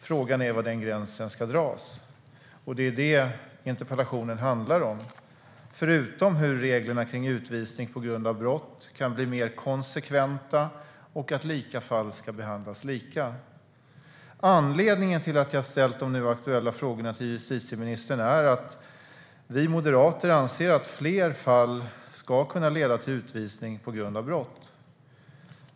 Frågan är var gränsen ska dras, och det är det interpellationen handlar om - förutom hur reglerna kring utvisning på grund av brott kan bli mer konsekventa och att lika fall ska behandlas lika. Anledningen till att jag ställt de nu aktuella frågorna till justitieministern är att vi moderater anser att fler fall ska kunna leda till utvisning på grund av brott.